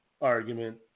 argument